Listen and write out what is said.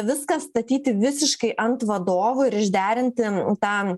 viską statyti visiškai ant vadovų ir išderinti tą